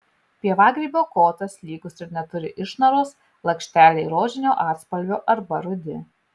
pievagrybio kotas lygus ir neturi išnaros lakšteliai rožinio atspalvio arba rudi